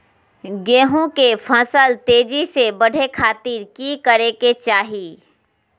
गेहूं के फसल तेजी से बढ़े खातिर की करके चाहि?